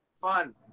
fun